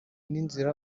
n’inzira